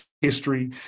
history